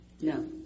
No